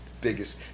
biggest